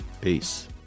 Peace